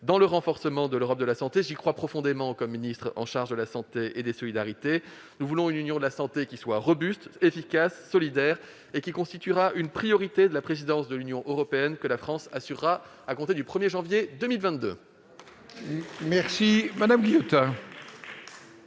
dans le renforcement de l'Europe de la santé, j'y crois profondément, comme ministre chargé de ce secteur ; nous voulons une Union de la santé qui soit robuste, efficace, solidaire, cela constituera une priorité de la présidence de l'Union européenne que la France assurera à compter du 1 janvier 2022. La parole est